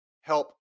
help